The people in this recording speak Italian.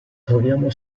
troviamo